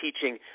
teaching